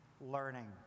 learning